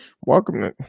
Welcome